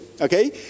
Okay